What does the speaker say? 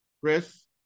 Chris